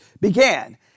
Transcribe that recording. began